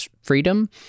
freedom